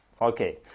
Okay